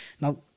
Now